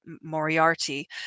Moriarty